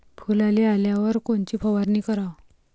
फुलाले आल्यावर कोनची फवारनी कराव?